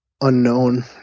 unknown